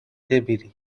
نمیری